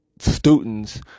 students